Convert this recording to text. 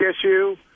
issue